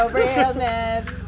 realness